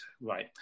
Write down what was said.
right